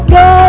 go